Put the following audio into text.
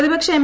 പ്രതിപക്ഷ എം